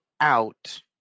out